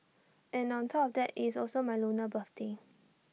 and on top of that IT is also my lunar birthday